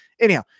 Anyhow